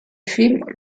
film